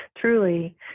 truly